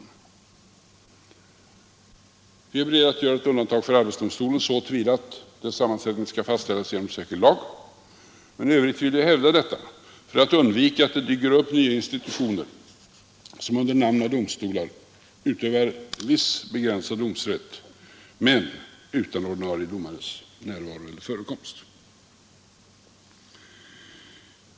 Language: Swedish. Vi vill bara göra ett undantag för arbetsdomstolen så till vida att dess sammanträden skall fastställas genom särskild lag, men i övrigt vill vi hävda detta för att undvika att det dyker upp nya institutioner som under namnet av domstolar utövar viss begränsad domsrätt men utan ordinarie domares närvaro eller förekomst.